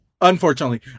Unfortunately